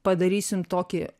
padarysim tokį